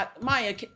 Maya